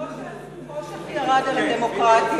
חושך, חושך ירד על הדמוקרטיה.